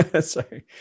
Sorry